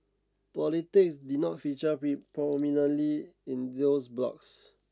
politics did not feature pre prominently in those blogs